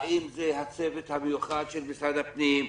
האם זה הצוות המיוחד של משרד הפנים?